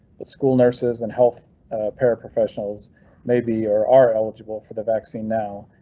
the school nurses and health paraprofessionals maybe, or are eligible for the vaccine now,